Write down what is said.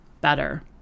better